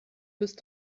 bist